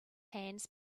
hands